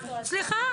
סליחה,